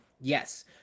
yes